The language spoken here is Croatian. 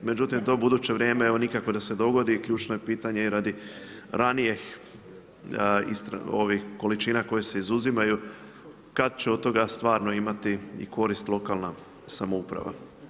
Međutim to buduće vrijeme evo nikako da se dogi i ključno je pitanje i radi ranijih količina koje se izuzimaju kada će od toga stvarno imati i korist lokalna samouprava.